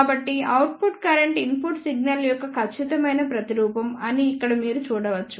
కాబట్టి output current input signal యొక్క ఖచ్చితమైన ప్రతిరూపం అని ఇక్కడ మీరు చూడవచ్చు